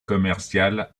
commercial